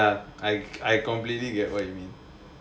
ya I I completely get what you mean